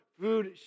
food